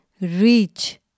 reach